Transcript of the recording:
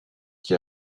qui